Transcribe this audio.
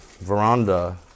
veranda